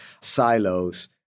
silos